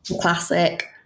Classic